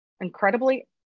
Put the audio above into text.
incredibly